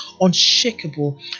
unshakable